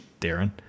Darren